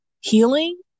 healing